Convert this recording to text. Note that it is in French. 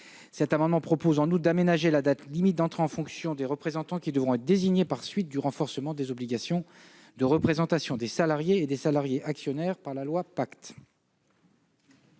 l'amendement vise à aménager la date limite d'entrée en fonction des représentants qui devront être désignés à la suite du renforcement des obligations de représentation des salariés et des salariés actionnaires par la loi Pacte.